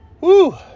Woo